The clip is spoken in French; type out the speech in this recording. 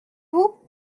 vous